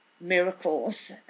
miracles